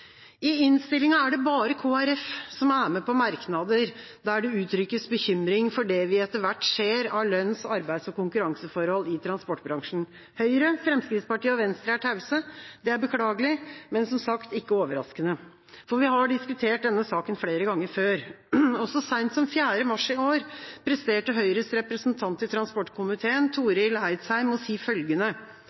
I innstillinga er det bare Kristelig Folkeparti som er med på merknader der det uttrykkes bekymring for det vi etter hvert ser av lønns-, arbeids- og konkurranseforhold i transportbransjen. Høyre, Fremskrittspartiet og Venstre er tause. Det er beklagelig, men, som sagt, ikke overraskende. Vi har diskutert denne saken flere ganger før. Så seint som 4. mars i år presterte Høyres representant i transportkomiteen, Torill Eidsheim, å si følgende: